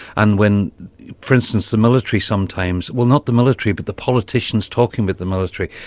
and when for instance the military sometimes, well not the military but the politicians talking with the military,